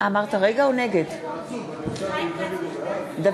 מיכל בירן,